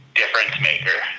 difference-maker